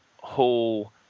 whole